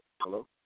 Hello